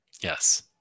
Yes